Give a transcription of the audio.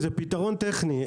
זה פתרון טכני,